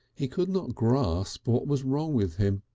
he could not grasp what was wrong with him.